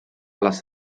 les